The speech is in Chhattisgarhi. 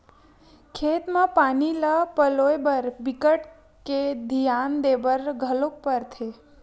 खेत म पानी ल पलोए बर बिकट के धियान देबर घलोक परथे